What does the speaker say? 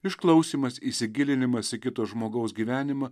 išklausymas įsigilinimas į kito žmogaus gyvenimą